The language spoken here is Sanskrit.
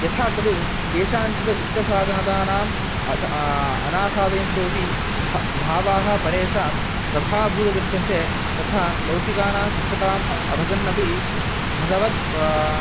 यथा खलु केषाञ्चिद् इष्टसाधनतानाम् अथ अनासाधयन्तोपि भ भावाः परेषां तथाभूत दृश्यन्ते तथा लौकिकानाम् इष्टताम् अभजन्नपि भगवत् वा